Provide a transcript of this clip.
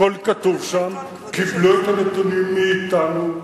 הכול כתוב שם, קיבלו את הנתונים מאתנו.